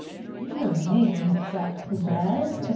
you heard my name. i'm zach pizzazz.